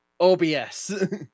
obs